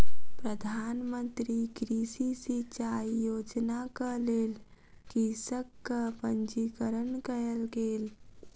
प्रधान मंत्री कृषि सिचाई योजनाक लेल कृषकक पंजीकरण कयल गेल